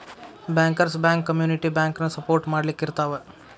bankers bank community ಬ್ಯಾಂಕನ support ಮಾಡ್ಲಿಕ್ಕಿರ್ತಾವ